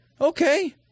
Okay